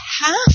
half